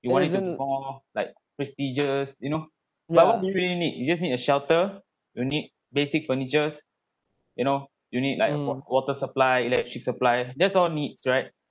you want it to be more like prestigious you know like what do you really need you just need a shelter you need basic furnitures you know you need like water supply electric supply that's all needs right